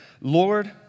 Lord